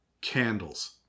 candles